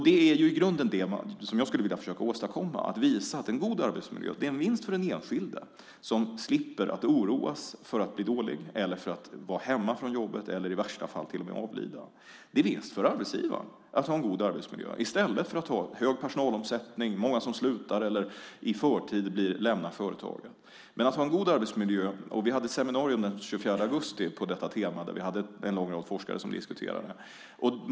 Det som jag i grunden skulle vilja försöka visa är vad en god arbetsmiljö innebär, inte minst för den enskilde som slipper oroas för att bli dålig, för att vara hemma från jobbet eller i värsta fall till och med avlida. Det är en vinst för arbetsgivaren att se till att arbetsmiljön är god i stället för att ha hög personalomsättning, många som slutar eller i förtid lämnar företagen. Vi hade ett seminarium den 24 augusti på detta tema med en lång rad forskare.